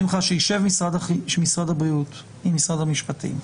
שישב משרד הבריאות עם משרד המשפטים,